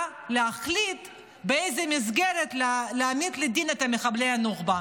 להחליט באיזו מסגרת להעמיד לדין את מחבלי הנוח'בה.